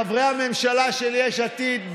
חברי הממשלה של יש עתיד,